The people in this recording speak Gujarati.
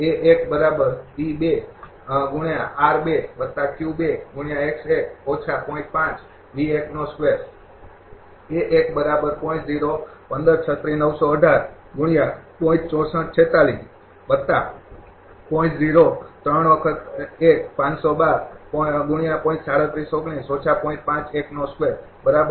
એ જ રીતે ફરીથી તે જ રીતે તમે ની ગણતરી કરો બરાબર